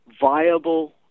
viable